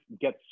get